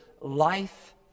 life